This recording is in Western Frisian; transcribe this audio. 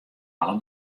alle